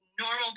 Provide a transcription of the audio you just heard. normal